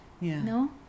no